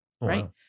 Right